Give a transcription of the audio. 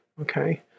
okay